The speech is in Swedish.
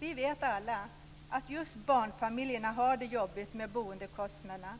Vi vet alla att just barnfamiljerna har det jobbigt med boendekostnaderna,